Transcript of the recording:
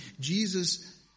Jesus